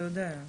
אתה יודע.